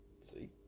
See